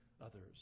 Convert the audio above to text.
others